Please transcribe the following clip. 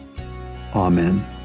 Amen